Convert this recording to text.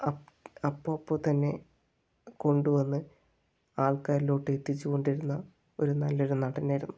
അപ്പപ്പോൾ തന്നെ കൊണ്ടു വന്ന് ആൾക്കാരിലോട്ട് എത്തിച്ചുകൊണ്ടിരുന്ന ഒരു നല്ലൊരു നടനായിരുന്നു